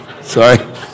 Sorry